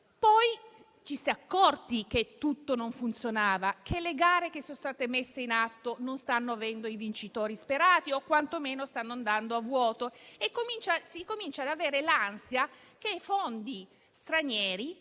Poi ci si è accorti che non tutto funzionava, che le gare che sono state messe in atto non stanno avendo i vincitori sperati o quantomeno stanno andando a vuoto. Si comincia ad avere l'ansia che fondi stranieri